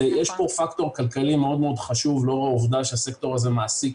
יש פקטור כלכלי מאוד מאוד חשוב לאור העובדה שהסקטור הזה מעסיק